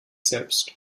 selbst